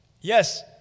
Yes